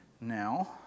now